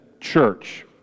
church